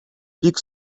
бик